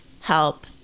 help